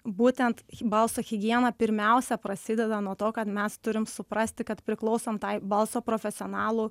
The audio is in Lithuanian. būtent balso higiena pirmiausia prasideda nuo to kad mes turim suprasti kad priklausom tai balso profesionalų